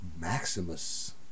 Maximus